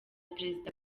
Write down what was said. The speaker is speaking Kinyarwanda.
perezida